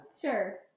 Sure